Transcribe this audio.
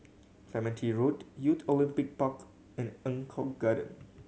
Clementi Road Youth Olympic Park and Eng Kong Garden